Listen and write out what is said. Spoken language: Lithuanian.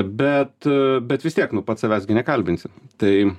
bet bet vis tiek nu pats savęs gi nekalbinsi tai